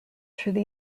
through